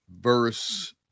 verse